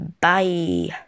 bye